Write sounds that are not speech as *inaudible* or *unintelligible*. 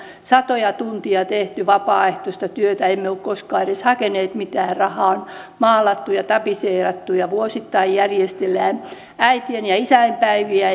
satoja tunteja tehty vapaaehtoista työtä emme ole koskaan edes hakeneet mitään rahaa on maalattu ja tapiseerattu ja vuosittain järjestellään äitien ja isänpäiviä *unintelligible*